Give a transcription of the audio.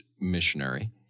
missionary